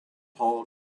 paul